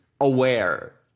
aware